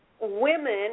women